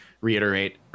reiterate